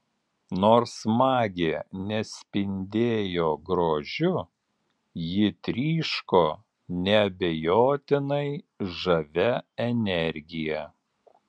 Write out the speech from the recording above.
nors magė nespindėjo grožiu ji tryško neabejotinai žavia energija